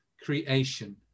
creation